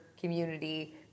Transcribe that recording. community